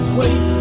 wait